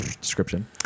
description